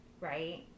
Right